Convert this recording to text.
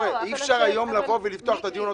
אי-אפשר לבוא היום ולפתוח עוד פעם את הדיון,